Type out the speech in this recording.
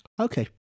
Okay